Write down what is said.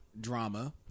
drama